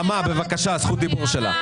זכות הדיבור לנעמה.